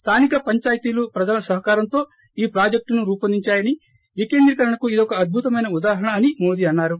స్లానిక పంచాయతీలు ప్రజల సహకారంతో ఈ ప్రాజెక్టును రూవొందించాయని వికేంద్రీకరణకు ఇదొక అద్భుతమైన ఉదాహరణ అని మోదీ అన్నారు